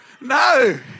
no